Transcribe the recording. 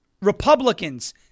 Republicans